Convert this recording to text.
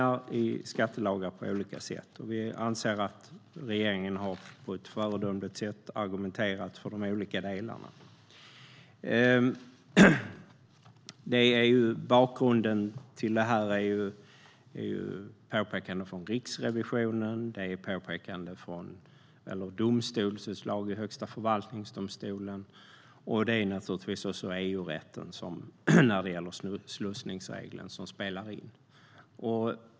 Vi anser att regeringen på ett föredömligt sätt har argumenterat för de olika delarna. Bakgrunden är påpekanden från Riksrevisionen och domstolsutslag i Högsta förvaltningsdomstolen. Naturligtvis spelar också EU-rätten in när det gäller slussningsregler.